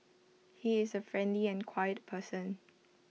he is A friendly and quiet person